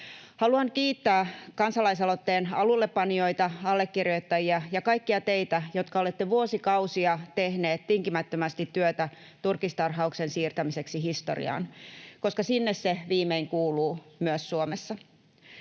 Haluan kiittää kansalaisaloitteen alullepanijoita, allekirjoittajia ja kaikkia teitä, jotka olette vuosikausia tehneet tinkimättömästi työtä turkistarhauksen siirtämiseksi historiaan, koska sinne se viimein kuuluu myös Suomessa.